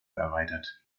erweitert